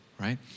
right